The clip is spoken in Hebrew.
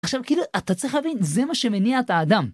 עכשיו כאילו, אתה צריך להבין, זה מה שמניע את האדם.